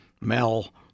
Mel